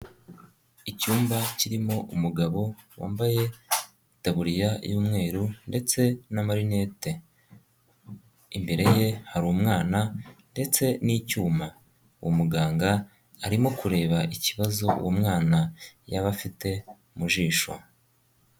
Icyumba kirimo umugabo wambaye itaburiya y'umweru ndetse na marinete, imbere ye hari umwana ndetse n'icyuma, uwo muganga arimo kureba ikibazo uwo mwana yaba afite mu jisho.